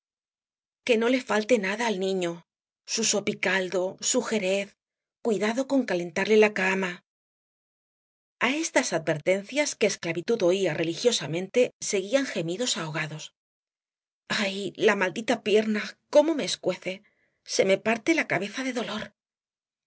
que no le falte nada al niño su sopicaldo su jerez cuidado con calentarle la cama a estas advertencias que esclavitud oía religiosamente seguían gemidos ahogados ay la maldita pierna como me escuece se me parte la cabeza de dolor